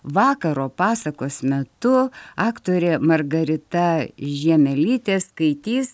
vakaro pasakos metu aktorė margarita žiemelytė skaitys